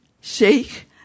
sheikh